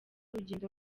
urugendo